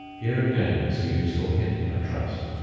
here again is a useful hint, i trust.